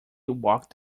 walked